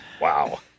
wow